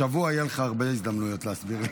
השבוע יהיו לך הרבה הזדמנויות להסביר לי.